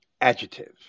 adjective